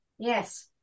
yes